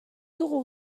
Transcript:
dugu